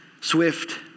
swift